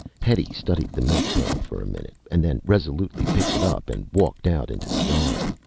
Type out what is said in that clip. hetty studied the milk pail for a minute and then resolutely picked it up and walked out into the yard.